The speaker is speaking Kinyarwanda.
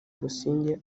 busingye